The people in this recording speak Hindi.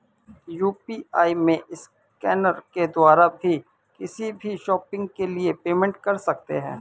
यू.पी.आई में स्कैनर के द्वारा भी किसी भी शॉपिंग के लिए पेमेंट कर सकते है